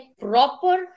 proper